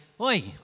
Oi